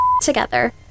together